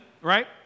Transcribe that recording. right